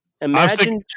Imagine